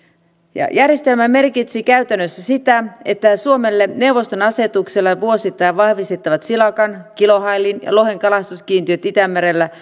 järjestelmä merkitsisi käytännössä sitä että suomelle neuvoston asetuksella vuosittain vahvistettavat silakan kilohailin ja lohen kalastuskiintiöt itämerellä